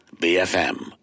BFM